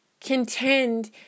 contend